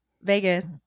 Vegas